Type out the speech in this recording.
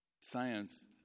science